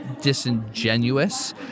disingenuous